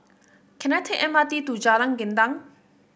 can I take M R T to Jalan Gendang